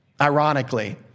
ironically